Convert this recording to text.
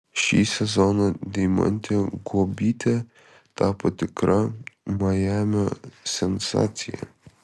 šį sezoną deimantė guobytė tapo tikra majamio sensacija